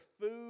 food